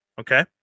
okay